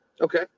Okay